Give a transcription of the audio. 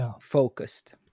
focused